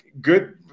good